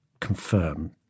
confirm